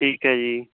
ਠੀਕ ਹੈ ਜੀ